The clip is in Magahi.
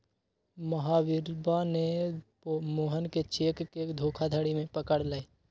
महावीरवा ने मोहन के चेक के धोखाधड़ी में पकड़ लय